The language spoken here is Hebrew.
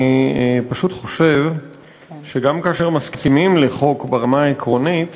אני פשוט חושב שגם כאשר מסכימים לחוק ברמה העקרונית